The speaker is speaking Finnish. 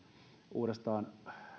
uudestaan